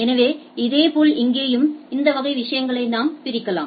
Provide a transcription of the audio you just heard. எனவே இதேபோல் இங்கேயும் இந்த வகை விஷயங்களை நாம் பிரிக்கலாம்